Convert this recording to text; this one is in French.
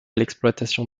l’exploitation